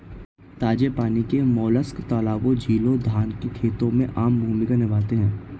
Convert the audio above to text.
ताजे पानी के मोलस्क तालाबों, झीलों, धान के खेतों में आम भूमिका निभाते हैं